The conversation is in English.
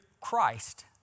Christ